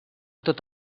tot